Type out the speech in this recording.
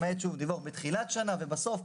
למעט שוב דיווח בתחילת שנה ובסוף,